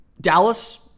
Dallas